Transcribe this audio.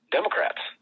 Democrats